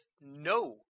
no